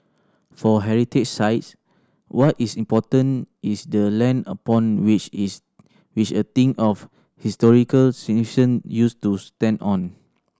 for heritage sites what is important is the land upon which is which a thing of historical significance used to stand on